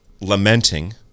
lamenting